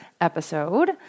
episode